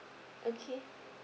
okay